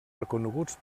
reconeguts